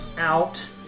out